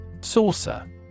Saucer